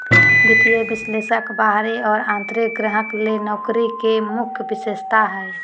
वित्तीय विश्लेषक बाहरी और आंतरिक ग्राहक ले नौकरी के मुख्य विशेषता हइ